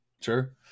Sure